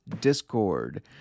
discord